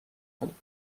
کنیم